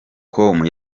com